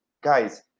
Guys